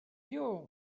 you